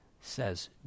says